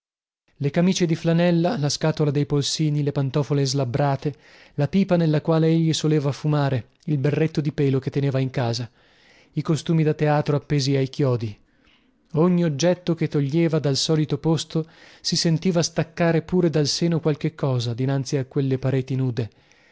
le camicie di flanella la scatola dei polsini le pantofole slabbrate la pipa nella quale egli soleva fumare il berretto di pelo che teneva in casa i costumi da teatro appesi ai chiodi ogni oggetto che toglieva dal solito posto si sentiva staccare pure dal seno qualche cosa dinanzi a quelle pareti nude